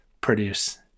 produce